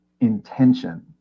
intention